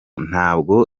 ntabwo